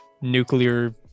nuclear